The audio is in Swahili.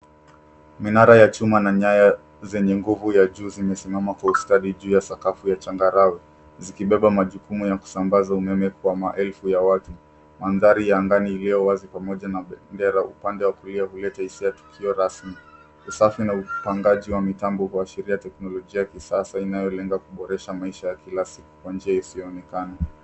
Minara ya chuma na nyaya nyingi ya umeme zimewekwa juu ya sakafu ya changarawa. Zinabeba majukumu ya usambazaji wa umeme kwa watu. Mandhari ya anga ni wazi, huku pembe za mbali zikionyesha upeo wa eneo hilo. Mpangilio wa minara hii unafuata teknolojia ya kisasa inayolenga kuboresha maisha ya kila sehemu ya jamii.